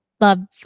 love